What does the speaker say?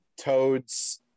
Toad's